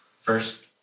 first